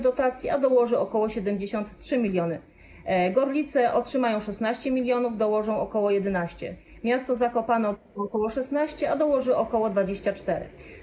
dotacji, a dołoży ok. 73 mln. Gorlice otrzymają 16 mln, dołożą ok. 11. Miasto Zakopane - ok. 16, a dołoży ok. 24.